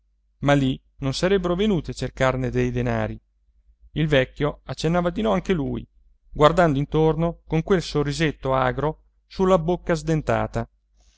ma lì non sarebbero venuti a cercarne dei denari il vecchio accennava di no anche lui guardando intorno con quel sorrisetto agro sulla bocca sdentata